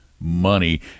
money